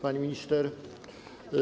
Pani Minister!